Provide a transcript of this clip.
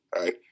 Right